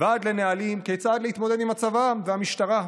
ועד לנהלים כיצד להתמודד עם הצבא והמשטרה,